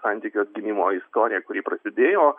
santykių atgimimo istoriją kuri prasidėjo